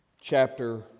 chapter